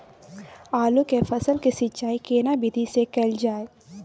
आलू के फसल के सिंचाई केना विधी स कैल जाए?